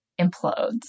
implodes